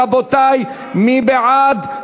רבותי, מי בעד?